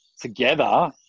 together